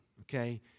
okay